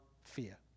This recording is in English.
fear